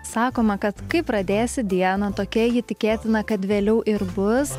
sakoma kad kai pradėsi dieną tokia ji tikėtina kad vėliau ir bus